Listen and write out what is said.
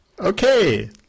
Okay